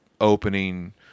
opening